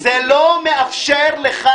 תסלח לי, זה לא מאפשר לך.